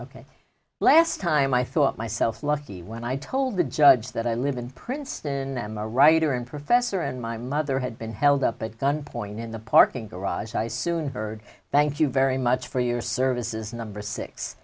ok last time i thought myself lucky when i told the judge that i live in princeton and them a writer and professor and my mother had been held up at gunpoint in the parking garage i soon heard thank you very much for your services number six